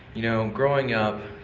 you know, growing up,